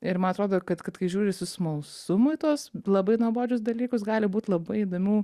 ir man atrodo kad kad kai žiūri su smalsumu į tuos labai nuobodžius dalykus gali būt labai įdomių